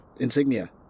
insignia